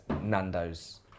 Nando's